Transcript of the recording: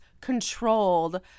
controlled